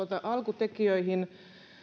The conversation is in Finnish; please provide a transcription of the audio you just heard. alkutekijöihin